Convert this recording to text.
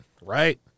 Right